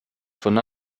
von